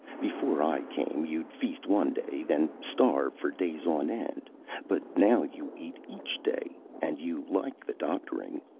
before i came, you'd feast one day, then starve for days on end but now you eat each day. and you like the doctoring.